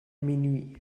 minuit